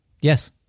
Yes